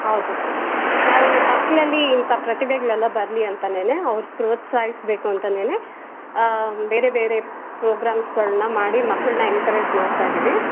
ಹೌದು ಸರ್ ನಾವು ಮಕ್ಕಳಲ್ಲಿ ಇಂಥ ಪ್ರತಿಭೆಗಳೆಲ್ಲ ಬರಲಿ ಅಂತನೇ ಅವ್ರು ಪ್ರೋತ್ಸಾಹಿಸಬೇಕು ಅಂತನೇ ಬೇರೆ ಬೇರೆ ಪ್ರೋಗಾಮ್ಸ್ಗಳನ್ನ ಮಾಡಿ ಮಕ್ಕಳನ್ನ ಎನ್ಕರೇಜ್ ಮಾಡ್ತಾಯಿದ್ದೀವಿ